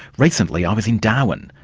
recently i was in darwin,